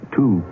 two